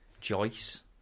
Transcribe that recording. Joyce